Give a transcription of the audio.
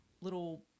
little